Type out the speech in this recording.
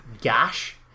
gash